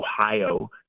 Ohio